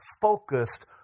focused